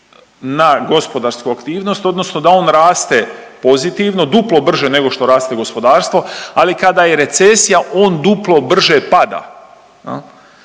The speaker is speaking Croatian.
na gospodarsku aktivnost odnosno da on raste pozitivno, duplo brže nego što raste gospodarstvo ali kada je recesija on duplo brže pada.